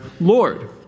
Lord